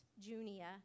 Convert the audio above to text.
Junia